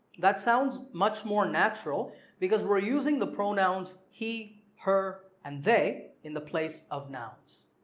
that sounds much more natural because we're using the pronouns he, her and they in the place of nouns.